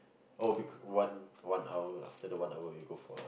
oh because one one hour after the one hour we go for